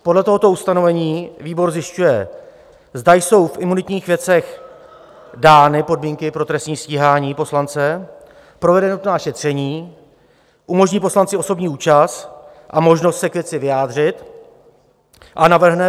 Podle tohoto ustanovení výbor zjišťuje, zda jsou v imunitních věcech dány podmínky pro trestní stíhání poslance, provede nutná šetření, umožní poslanci osobní účast a možnost se k věci vyjádřit a navrhne